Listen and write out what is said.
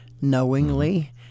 knowingly